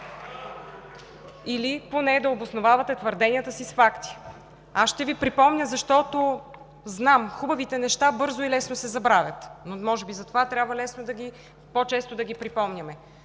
или да обосновавате твърденията си с факти. Аз ще Ви припомня. Знам, че хубавите неща бързо и лесно се забравят и може би затова трябва по-често да ги припомняме.